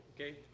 okay